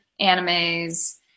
animes